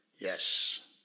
yes